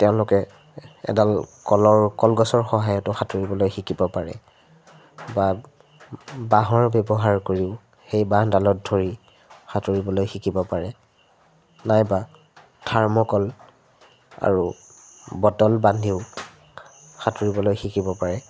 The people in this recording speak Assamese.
তেওঁলোকে এডাল কলৰ কলগছৰ সহায়তো সাঁতুৰিবলৈ শিকিব পাৰে বা বাঁহৰ ব্যৱহাৰ কৰিও সেই বাঁহডালত ধৰি সাঁতুৰিবলৈ শিকিব পাৰে নাইবা থাৰ্মকল আৰু বটল বান্ধিও সাঁতুৰিবলৈ শিকিব পাৰে